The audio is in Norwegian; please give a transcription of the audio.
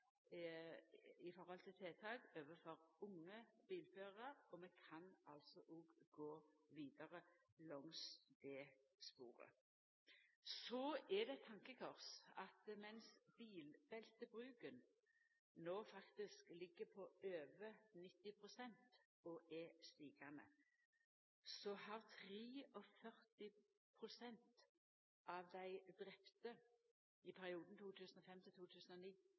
tiltak overfor unge bilførarar, og vi kan òg gå vidare langs det sporet. Så er det ein tankekross at medan bruken av bilbelte no faktisk ligg på over 90 pst. og er stigande, har 43 pst. av dei drepne i perioden